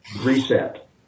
reset